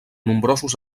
nombrosos